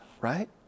right